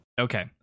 Okay